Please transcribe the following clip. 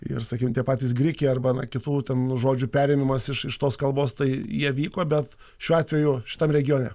ir sakykim tie patys grikiai arba na kitų ten žodžių perėmimas iš iš tos kalbos tai jie vyko bet šiuo atveju šitam regione